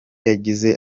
yagize